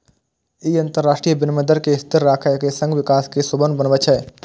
ई अंतरराष्ट्रीय विनिमय दर कें स्थिर राखै के संग विकास कें सुगम बनबै छै